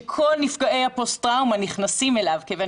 שכל נפגעי הפוסט-טראומה נכנסים אליו כיוון